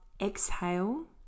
exhale